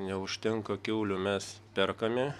neužtenka kiaulių mes perkame